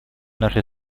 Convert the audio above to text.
нашей